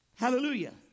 Hallelujah